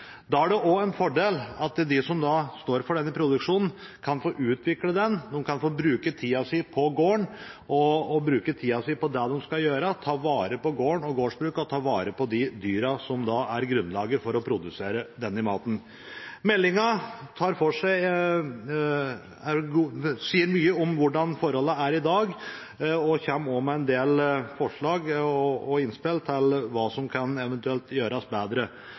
Da er det også en fordel at de som står for denne produksjonen, kan få utvikle den, at de kan få bruke tida si på gården og bruke tida si på det de skal gjøre, nemlig ta vare på gården, gårdsbruket og de dyra som er grunnlaget for å produsere denne maten. Meldingen sier mye om hvordan forholdene er i dag, og kommer også med en del forslag og innspill til hva som eventuelt kan gjøres bedre.